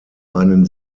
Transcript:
einen